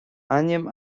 ainm